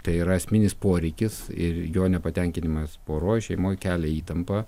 tai yra esminis poreikis ir jo nepatenkinimas poroj šeimoj kelia įtampą